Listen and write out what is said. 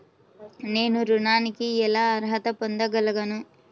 నేను ఋణానికి ఎలా అర్హత పొందగలను?